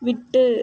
விட்டு